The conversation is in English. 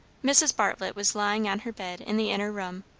mrs. bartlett was lying on her bed in the inner room.